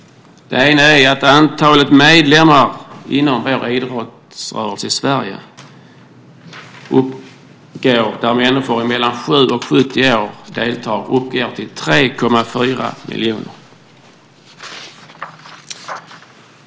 Den ena är att antalet medlemmar inom idrottsrörelsen i Sverige där människor mellan 7 och 70 år deltar uppgår till 3,4 miljoner.